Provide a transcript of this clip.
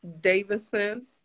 Davidson